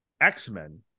X-Men